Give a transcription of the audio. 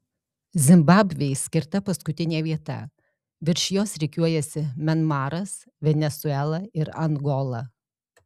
zimbabvei skirta paskutinė vieta virš jos rikiuojasi mianmaras venesuela ir angola